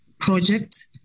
project